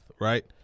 right